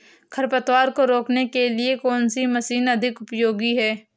खरपतवार को रोकने के लिए कौन सी मशीन अधिक उपयोगी है?